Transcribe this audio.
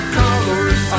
colors